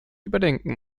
überdenken